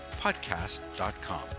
podcast.com